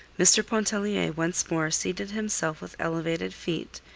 mr. pontellier once more seated himself with elevated feet,